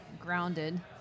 grounded